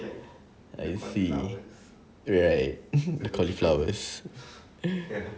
I see alright cauliflowers